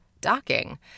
docking